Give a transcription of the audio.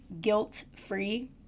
guilt-free